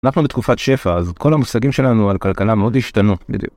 אנחנו בתקופת שפע אז כל המושגים שלנו על כלכלה מאוד השתנו בדיוק.